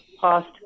past